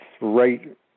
right